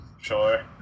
Sure